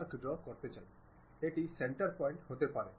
আপনি দেখতে পান যে আমরা এই 3D অবজেক্টটি তৈরি করি